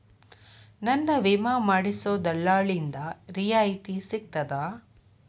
ನನ್ನ ವಿಮಾ ಮಾಡಿಸೊ ದಲ್ಲಾಳಿಂದ ರಿಯಾಯಿತಿ ಸಿಗ್ತದಾ?